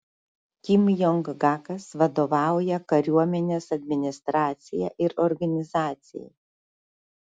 kim jong gakas vadovauja kariuomenės administracija ir organizacijai